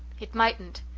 it mightn't.